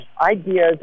ideas